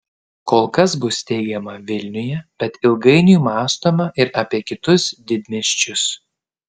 kol kas bus steigiama vilniuje bet ilgainiui mąstoma ir apie kitus didmiesčius